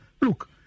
Look